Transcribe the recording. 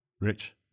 Rich